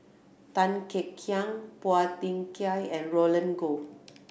Tan Kek Hiang Phua Thin Kiay and Roland Goh